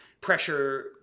pressure